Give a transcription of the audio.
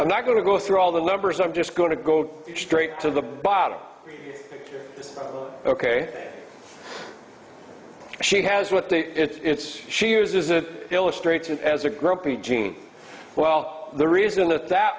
i'm not going to go through all the numbers i'm just going to go straight to the bottom ok she has what they it's she uses that illustrates it as a groupie gene well the reason that that